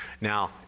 Now